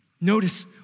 Notice